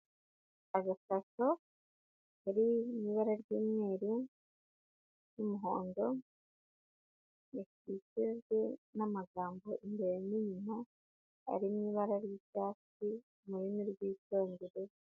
Agakarito kari mu ibara ry'umweru, n'umuhondo gakikijwe n'amagambo imbere n'inyuma harimo ibara ry'icyatsi mu rurimi rw'icyongereza.